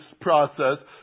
process